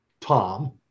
Tom